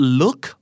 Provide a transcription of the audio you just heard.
look